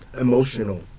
Emotional